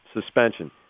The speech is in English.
suspension